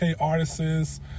artists